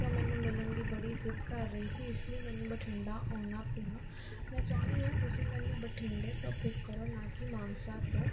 ਅਤੇ ਉਹ ਮੈਨੂੰ ਮਿਲਣ ਦੀ ਬੜੀ ਜ਼ਿੱਦ ਕਰ ਰਹੀ ਸੀ ਇਸ ਲਈ ਮੈਨੂੰ ਬਠਿੰਡਾ ਆਉਣਾ ਪਿਆ ਮੈਂ ਚਾਹੁੰਦੀ ਹਾਂ ਤੁਸੀਂ ਮੈਨੂੰ ਬਠਿੰਡੇ ਤੋਂ ਪਿੱਕ ਕਰੋ ਨਾ ਕਿ ਮਾਨਸਾ ਤੋਂ